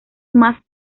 más